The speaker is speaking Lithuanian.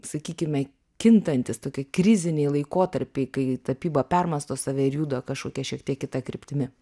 sakykime kintantys tokie kriziniai laikotarpiai kai tapyba permąsto save ir juda kažkokia šiek tiek kita kryptimi